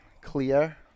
Clear